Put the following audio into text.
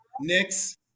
next